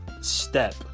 step